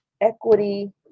equity